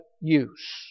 use